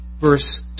verse